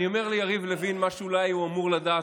אני אומר ליריב לוין משהו שאולי הוא אמור לדעת,